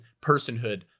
personhood